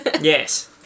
Yes